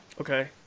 Okay